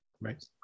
Right